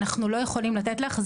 אנחנו לא יכולים לתת לך,